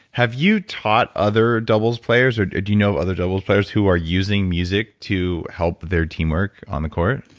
have you taught other doubles players or do you know of other doubles players who are using music to help their teamwork on the court?